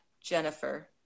Jennifer